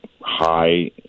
high